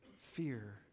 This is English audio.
fear